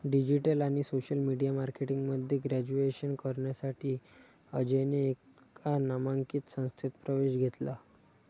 digital आणि social media marketing मध्ये graduation करण्यासाठी अजयने एका नामांकित संस्थेत प्रवेश घेतला